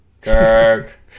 Kirk